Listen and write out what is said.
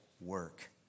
work